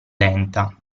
lenta